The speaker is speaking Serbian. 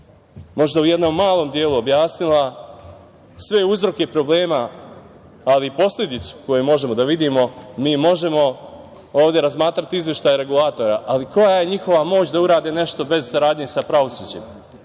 možda u jednom malom delu objasnila, sve uzroke problema, ali i posledicu koju možemo da vidimo, mi možemo ovde razmatrati izveštaje regulatora, ali koja je njihova moć da urade nešto bez saradnje sa pravosuđem,